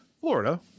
Florida